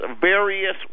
various